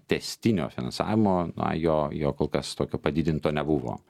tęstinio finansavimo na jo jo kol kas tokio padidinto nebuvo